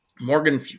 Morgan